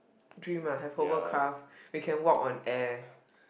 dream ah have a hover craft we can walk on air